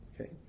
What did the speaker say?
Okay